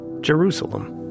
Jerusalem